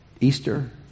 Easter